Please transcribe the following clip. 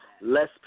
less